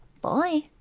Bye